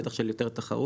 בטח של יותר תחרות,